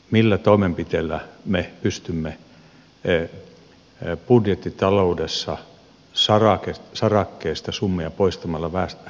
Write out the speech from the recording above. millä toimenpiteillä me pystymme budjettitaloudessa sarakkeesta summia poistamalla säästämään yhtä paljon